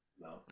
No